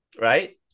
right